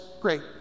great